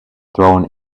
thrown